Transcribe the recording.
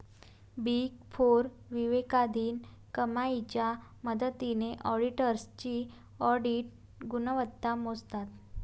big four विवेकाधीन कमाईच्या मदतीने ऑडिटर्सची ऑडिट गुणवत्ता मोजतात